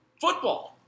Football